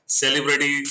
celebrity